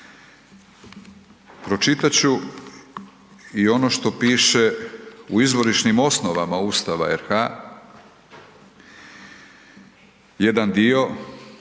Pročitat ću i ono što piše u izvorišnim osnovama Ustava RH, jedan dio,